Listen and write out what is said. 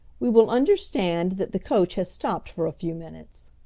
we will understand that the coach has stopped for a few minutes.